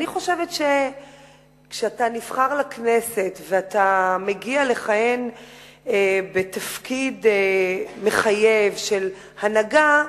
אני חושבת שכאשר אתה נבחר לכנסת ואתה מגיע לכהן בתפקיד מחייב של הנהגה,